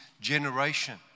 generation